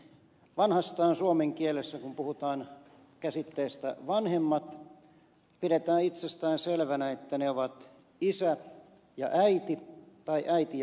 vanhastaan suomen kielessä kun puhutaan käsitteestä vanhemmat pidetään itsestäänselvänä että ne ovat isä ja äiti tai äiti ja isä